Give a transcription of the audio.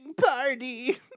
party